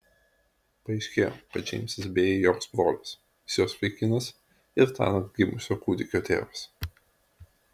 paaiškėjo kad džeimsas bėjai joks brolis jis jos vaikinas ir tąnakt gimusio kūdikio tėvas